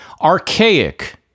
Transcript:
Archaic